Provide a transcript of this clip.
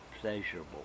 pleasurable